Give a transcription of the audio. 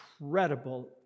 incredible